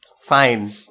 Fine